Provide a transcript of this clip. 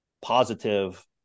positive